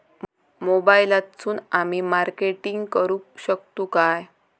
मोबाईलातसून आमी मार्केटिंग करूक शकतू काय?